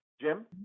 Jim